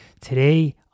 today